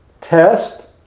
test